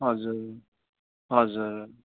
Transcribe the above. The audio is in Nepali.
हजुर हजुर